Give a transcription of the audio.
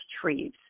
trees